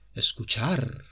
Escuchar